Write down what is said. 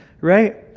right